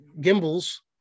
Gimbals